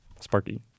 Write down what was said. Sparky